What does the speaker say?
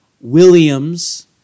Williams